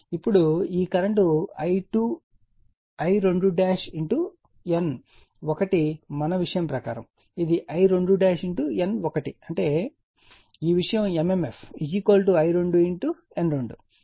ఇప్పుడు ఈ current I2 N1 మా విషయం ప్రకారం ఇది I2 N1 అంటే ఈ విషయం mmf I2 N2